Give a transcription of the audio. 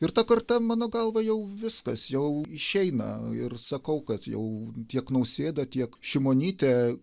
ir ta karta mano galva jau viskas jau išeina ir sakau kad jau tiek nausėda tiek šimonytė